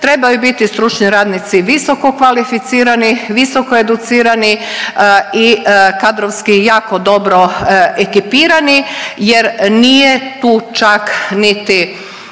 trebaju biti stručni radnici i visokokvalificirani, visoko educirani i kadrovski jako dobro ekipirani jer nije tu čak niti